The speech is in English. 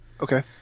Okay